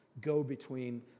go-between